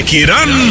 Kiran